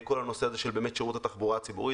על כל הנושא הזה של שירות התחבורה הציבורית.